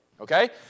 okay